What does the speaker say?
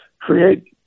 create